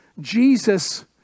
Jesus